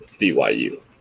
BYU